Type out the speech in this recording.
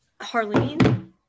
harleen